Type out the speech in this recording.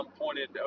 pointed